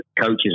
coaches